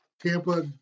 Tampa